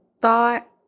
thought